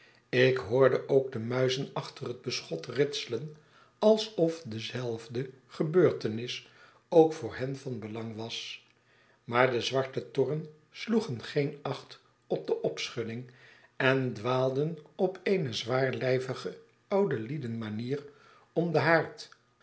ik hoorde ook de muizen achter het beschot ritselen alsof dezelfde gebeurtenis ook voor hen van belang was maar de zwarte torren sloegen geen acht op de opschudding en dwaalden op eene zwaarlyvige oudelieden manier om den haard